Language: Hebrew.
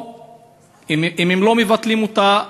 ואם הם לא מבטלים אותה,